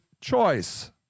choice